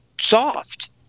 soft